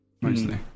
mostly